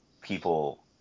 people